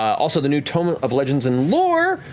also, the new tome of legends and lore,